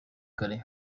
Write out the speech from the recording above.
kare